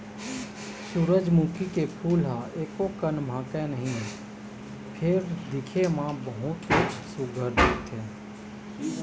सूरजमुखी के फूल ह एकोकन महकय नहि फेर दिखे म बहुतेच सुग्घर दिखथे